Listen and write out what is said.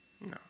No